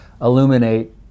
illuminate